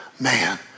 man